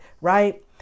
Right